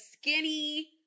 skinny